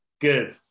Good